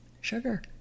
sugar